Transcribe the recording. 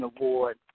award